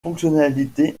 fonctionnalité